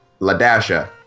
Ladasha